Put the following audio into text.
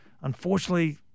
Unfortunately